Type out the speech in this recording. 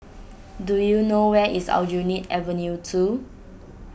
do you know where is Aljunied Avenue two